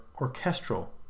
orchestral